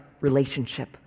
relationship